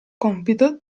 compito